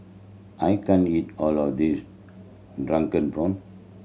I can't eat all of this drunken prawn